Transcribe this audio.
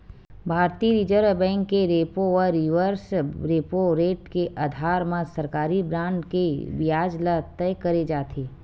भारतीय reserve bank के repo व रिवर्स रेपो रेट के अधार म सरकारी बांड के बियाज ल तय करे जाथे